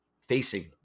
facing